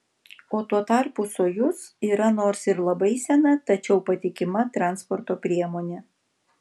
o tuo tarpu sojuz yra nors ir labai sena tačiau patikima transporto priemonė